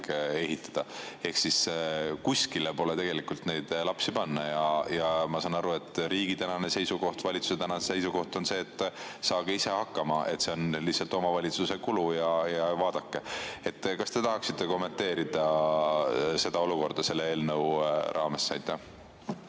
ehitada. Ehk siis kuskile pole tegelikult neid lapsi panna. Ma saan aru, et riigi tänane seisukoht, valitsuse seisukoht on see, et saage ise hakkama, see on lihtsalt omavalitsuse kulu ja vaadake [ise]. Kas te tahaksite kommenteerida seda olukorda selle eelnõu raames?